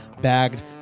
bagged